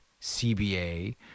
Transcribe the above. CBA